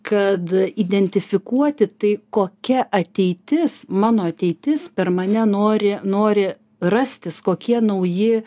kad identifikuoti tai kokia ateitis mano ateitis per mane nori nori rastis kokie nauji